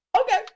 Okay